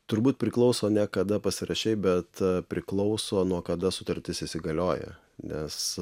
turbūt priklauso ne kada pasirašei bet priklauso nuo kada sutartis įsigalioja nes